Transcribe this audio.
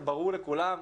ברור לכולם,